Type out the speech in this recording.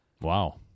Wow